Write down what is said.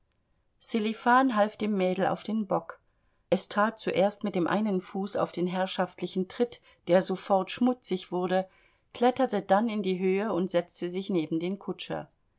sselifan half dem mädel auf den bock es trat zuerst mit dem einen fuß auf den herrschaftlichen tritt der sofort schmutzig wurde kletterte dann in die höhe und setzte sich neben den kutscher